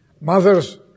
Mothers